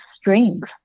strength